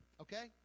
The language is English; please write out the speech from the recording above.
Okay